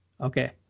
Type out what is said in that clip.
okay